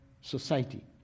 society